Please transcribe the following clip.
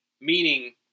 meaning